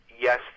yes